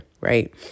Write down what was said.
right